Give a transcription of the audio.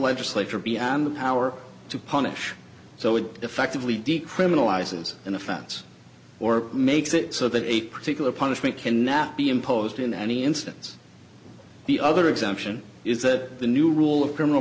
legislature beyond the power to punish so it effectively decriminalizes an offense or makes it so that a particular punishment cannot be imposed in any instance the other exemption is that the new rule of criminal